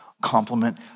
compliment